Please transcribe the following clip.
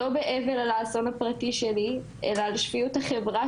לא באבל על האסון הפרטי שלי אלא על שפיות החברה